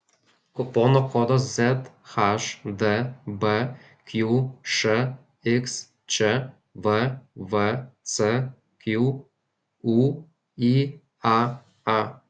kupono kodas zhdb qšxč vvcq ūyaa